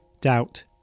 Doubt